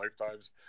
lifetimes